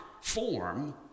form